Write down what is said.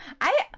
I-